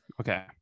Okay